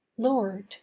Lord